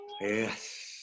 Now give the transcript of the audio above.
Yes